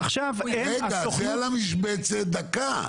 רגע, דקה.